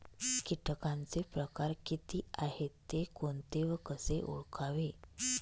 किटकांचे प्रकार किती आहेत, ते कोणते व कसे ओळखावे?